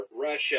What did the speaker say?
Russia